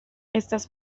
estas